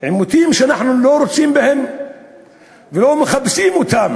עימותים שאנחנו לא רוצים בהם ולא מחפשים אותם.